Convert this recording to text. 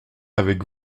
avec